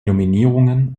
nominierungen